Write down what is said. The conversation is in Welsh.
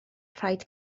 rhaid